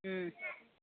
ꯎꯝ